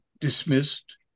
dismissed